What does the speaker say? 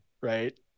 Right